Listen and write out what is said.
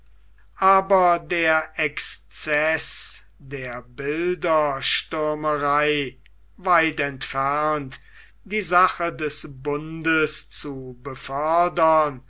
aber der exceß der bilderstürmerei weit entfernt die sache des bundes zu befördern